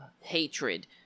hatred